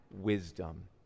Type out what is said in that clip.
wisdom